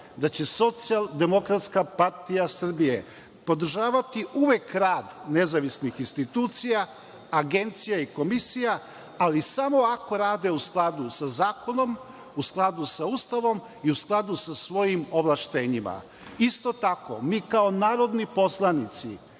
institucija. Moram da kažem da će SDPS podržavati uvek rad nezavisnih institucija, agencija i komisija ali samo ako rade u skladu sa zakonom, u skladu sa Ustavom i u skladu sa svojim ovlašćenjima. Isto tako, mi kao narodni poslanici,